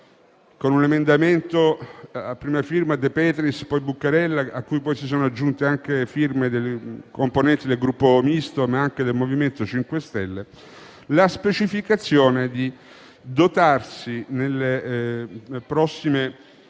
con un emendamento a prima firma De Petris e Buccarella, a cui poi si sono aggiunte le firme dei componenti del Gruppo Misto e del MoVimento 5 Stelle, la specificazione di dotarsi, nelle prossime